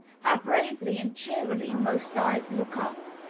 how bravely and cheerily most eyes look up!